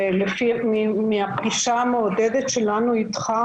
מהפגישה המעודדת שלנו איתך,